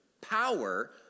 power